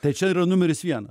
tai čia yra numeris vien